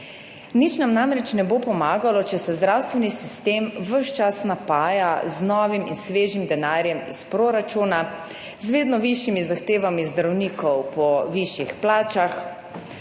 Nič nam namreč ne bo pomagalo, če se zdravstveni sistem ves čas napaja z novim in svežim denarjem iz proračuna, z vedno višjimi zahtevami zdravnikov po višjih plačah,